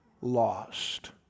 lost